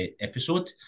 episode